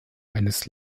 eines